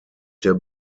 der